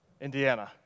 Indiana